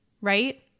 right